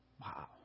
Wow